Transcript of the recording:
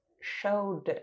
showed